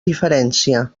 diferència